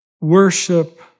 Worship